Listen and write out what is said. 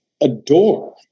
adore